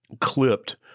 clipped